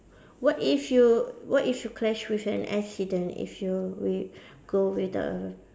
what if you what if you clash with an accident if you we go without a